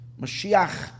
Mashiach